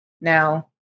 Now